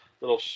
little